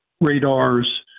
radars